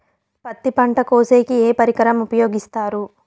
పత్తి పంట కోసేకి ఏ పరికరం ఉపయోగిస్తారు?